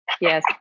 Yes